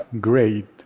great